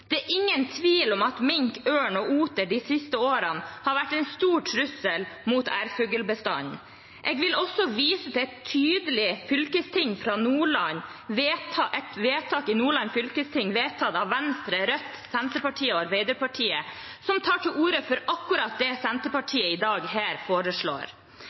Det er ingen tvil om at mink, ørn og oter de siste årene har vært en stor trussel mot ærfuglbestanden. Jeg vil også vise til et tydelig vedtak i Nordland fylkesting – fattet av Venstre, Rødt, Senterpartiet og Arbeiderpartiet – hvor man tar til orde for akkurat det Senterpartiet foreslår her